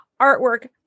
artwork